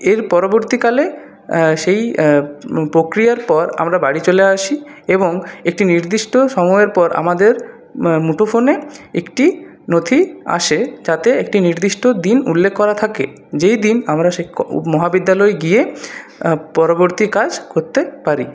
এর পরবর্তীকালে সেই প্রক্রিয়ার পর আমরা বাড়ি চলে আসি এবং একটি নির্দিষ্ট সময়ের পর আমাদের মুঠো ফোনে একটি নথি আসে তাতে একটি নির্দিষ্ট দিন উল্লেখ করা থাকে যেই দিন আমরা শিক্ষ মহাবিদ্যালয়ে গিয়ে পরবর্তী কাজ করতে পারি